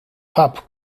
pub